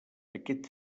aquest